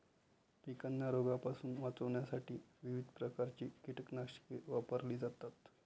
पिकांना रोगांपासून वाचवण्यासाठी विविध प्रकारची कीटकनाशके वापरली जातात